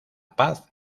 paz